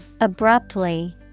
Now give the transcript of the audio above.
Abruptly